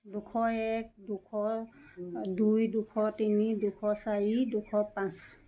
দুশ এক দুশ দুই দুশ তিনি দুশ চাৰি দুশ পাঁচ